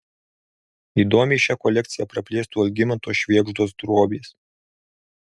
įdomiai šią kolekciją praplėstų algimanto švėgždos drobės